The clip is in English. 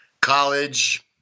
college